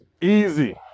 Easy